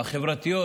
החברתיות